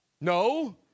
No